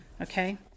Okay